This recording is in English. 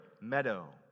meadow